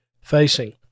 facing